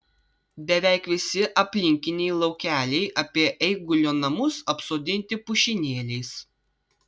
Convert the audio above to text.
beveik visi aplinkiniai laukeliai apie eigulio namus apsodinti pušynėliais